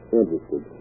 interested